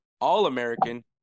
All-American